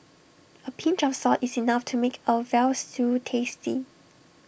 A pinch of salt is enough to make A Veal Stew tasty